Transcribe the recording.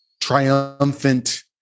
triumphant